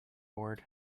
bored